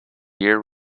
year